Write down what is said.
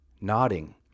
nodding